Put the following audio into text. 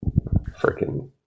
freaking